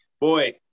Boy